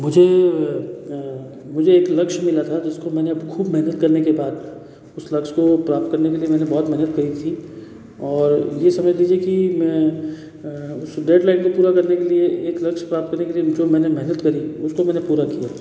मुझे मुझे एक लक्ष्य मिला था जिसको मैंने अब खूब मेहनत करने के बाद उस लक्ष्य को प्राप्त करने के लिए मैंने बहुत मेहनत करी थी और यह समझ लीजिए कि मैं उस डेडलाइन तक पूरा करने के लिए एक लक्ष्य प्राप्त करने के लिए जो मैंने मेहनत करी उसको मैंने पूरा किया